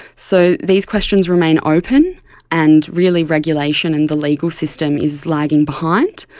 so these questions remain open and really regulation and the legal system is lagging behind.